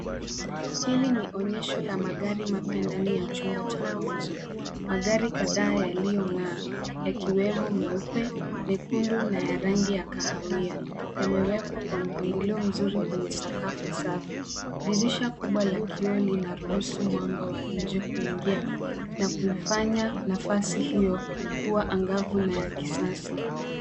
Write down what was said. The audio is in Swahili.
Hili ni onyesho la magari mapya ndani ya chumba cha mauzo. Magari kadhaa yaliyong'aa, yakiwemo meupe, mekundu, na ya rangi ya kahawia, yamewekwa kwa mpangilio mzuri kwenye sakafu safi. Dirisha kubwa la kioo, linaruhusu mwanga wa nje kuingia na kuifanya nafasi hiyo kuwa angavu na ya kisasa.